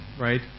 right